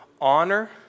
honor